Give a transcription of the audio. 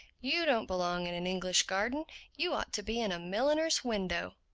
you don't belong in an english garden you ought to be in a milliner's window.